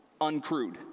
uncrewed